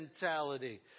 mentality